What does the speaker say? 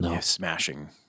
smashing